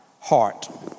heart